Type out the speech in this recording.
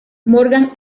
morgan